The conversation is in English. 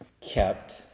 kept